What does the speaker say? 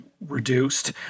reduced